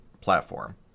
platform